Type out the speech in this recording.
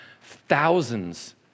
thousands